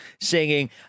singing